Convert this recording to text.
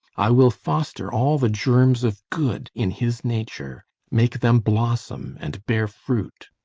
i will foster all the germs of good in his nature make them blossom and bear fruit.